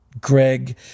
Greg